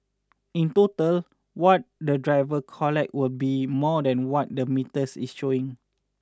in total what the driver collect will be more than what the metres is showing